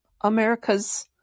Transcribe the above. America's